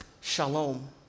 shalom